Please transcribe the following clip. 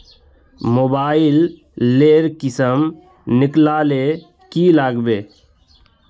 Mobile लेर किसम निकलाले की लागबे?